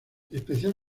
especial